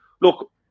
look